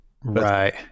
Right